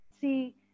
see